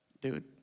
dude